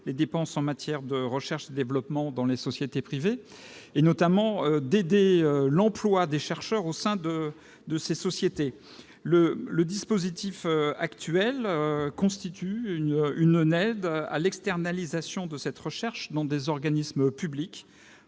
les dépenses en matière de recherche et développement dans les sociétés privées, notamment d'aider l'emploi des chercheurs au sein de ces sociétés. Le dispositif actuel constitue une aide à l'externalisation de cette recherche dans des organismes publics,